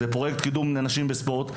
פרויקט קידום לנשים בספורט,